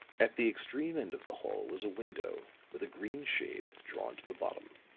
at the extreme end of the hall was a window with a green shade drawn to the bottom.